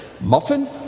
muffin